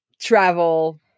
travel